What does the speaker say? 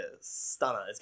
stunner